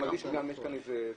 אני מרגיש שיש כאן בעיה כי